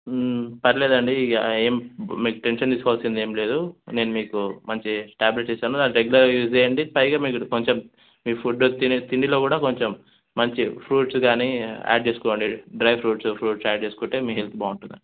పర్లేదండి ఇక ఏం మీకు టెన్షన్ తీసుకోవాల్సింది ఏం లేదు నేను మీకు మంచి ట్యాబ్లెట్స్ ఇస్తాను దాన్ని రెగ్యులర్గా యూజ్ చేయండి పైగా మీరు కొంచెం మీరు ఫుడ్డు తినే తిండిలో కూడా కొంచెం మంచి ఫ్రూట్స్ గానీ యాడ్ చేసుకోండి డ్రై ఫ్రూట్స్ ఫ్రూట్స్ యాడ్ చేసుకుంటే మీ హెల్త్ బాగుంటుందండి